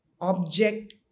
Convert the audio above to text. object